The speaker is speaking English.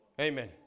Amen